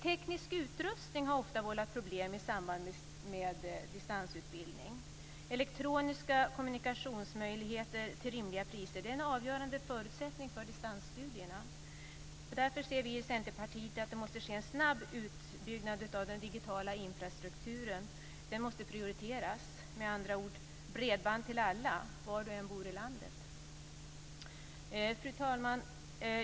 Teknisk utrustning har ofta vållat problem i samband med distansutbildning. Elektroniska kommunikationsmöjligheter till rimliga priser är en avgörande förutsättning för distansstudier. Där ser vi i Centerpartiet att det måste ske en snabb utbyggnad av den digitala infrastrukturen, den måste prioriteras. Med andra ord: bredband till alla var de än bor i landet. Fru talman!